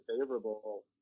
favorable